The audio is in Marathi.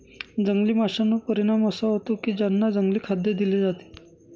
जंगली माशांवर परिणाम असा होतो की त्यांना जंगली खाद्य दिले जाते